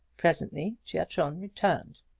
presently giatron returned.